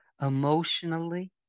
emotionally